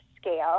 scale